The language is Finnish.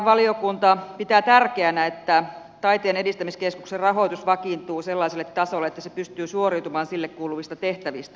valtiovarainvaliokunta pitää tärkeänä että taiteen edistämiskeskuksen rahoitus vakiintuu sellaiselle tasolle että se pystyy suoriutumaan sille kuuluvista tehtävistä